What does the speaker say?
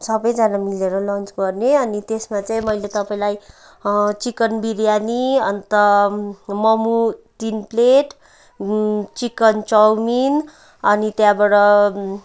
सबैजना मिलेर लन्च गर्ने अनि त्यसमा चाहिँ मैले तपाईँलाई चिकन बिरयानी अन्त मोमो तिन प्लेट चिकन चाउमिन अनि त्यहाँबाट